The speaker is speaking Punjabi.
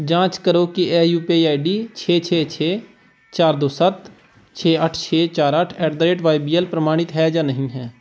ਜਾਂਚ ਕਰੋ ਕਿ ਇਹ U P I I D ਛੇ ਛੇ ਛੇ ਚਾਰ ਦੋ ਸੱਤ ਛੇ ਅੱਠ ਛੇ ਚਾਰ ਅੱਠ at the rate Y B L ਪ੍ਰਮਾਣਿਤ ਹੈ ਜਾਂ ਨਹੀਂ ਹੈ